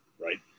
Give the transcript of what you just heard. right